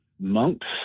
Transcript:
monks